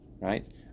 right